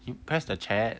you press the chat